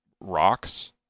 rocks